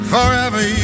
Forever